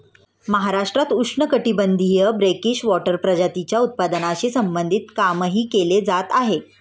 महाराष्ट्रात उष्णकटिबंधीय brackish water प्रजातींच्या उत्पादनाशी संबंधित कामही केले जात आहे